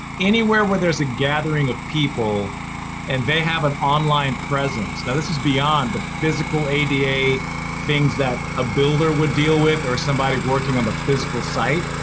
anywhere where there's a gathering of people and they have an online presence. now this is beyond the physical ada, things that a builder would deal with or somebody working on the physical site?